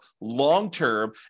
long-term